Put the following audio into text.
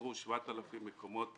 נוצרו 7,000 מקומות